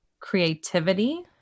creativity